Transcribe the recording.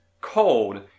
cold